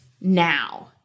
now